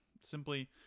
simply